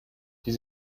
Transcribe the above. die